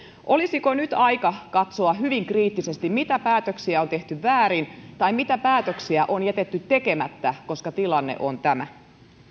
olisiko nyt aika katsoa hyvin kriittisesti mitä päätöksiä on tehty väärin tai mitä päätöksiä on jätetty tekemättä koska tilanne on tämä